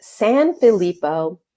Sanfilippo